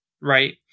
right